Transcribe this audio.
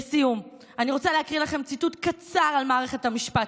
לסיום אני רוצה להקריא לכם ציטוט קצר על מערכת המשפט